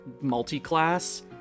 multi-class